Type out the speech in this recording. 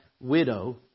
widow